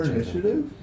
initiative